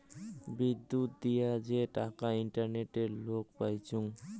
বিদ্যুত দিয়া যে টাকা ইন্টারনেটে লোক পাইচুঙ